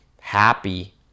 happy